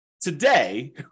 Today